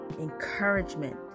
encouragement